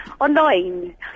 online